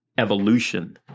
evolution